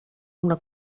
una